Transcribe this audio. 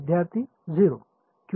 विद्यार्थीः 0